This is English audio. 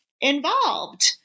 involved